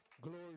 glory